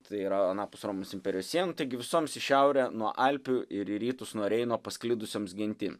tai yra anapus romos imperijos sienų taigi visoms į šiaurę nuo alpių ir į rytus nuo reino pasklidusioms gentims